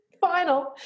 final